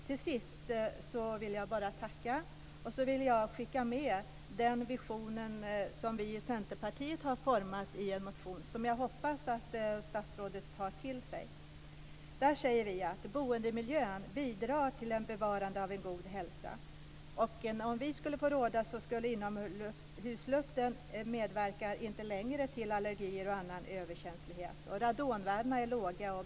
Till sist vill jag bara tacka, och så vill jag också skicka med den vision vi i Centerpartiet har utformat i en motion som jag hoppas att statsrådet tar till sig. Vi säger där: "Boendemiljön bidrar till bevarande av en god hälsa. Inomhusluften medverkar inte längre till allergier och annan överkänslighet. Radonvärdena är låga.